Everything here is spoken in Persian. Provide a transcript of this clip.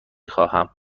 خواهم